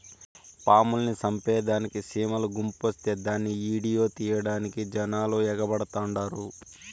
పాముల్ని సంపేదానికి సీమల గుంపొస్తే దాన్ని ఈడియో తీసేదానికి జనాలు ఎగబడతండారు